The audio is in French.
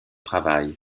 travail